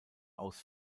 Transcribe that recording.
aus